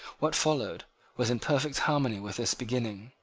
what followed was in perfect harmony with this beginning.